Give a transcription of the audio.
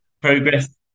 Progress